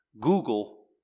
Google